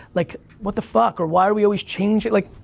like, what the fuck? or, why are we always changing? like,